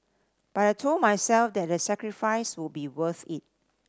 but I told myself that the sacrifice would be worth it